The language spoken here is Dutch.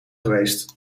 geweest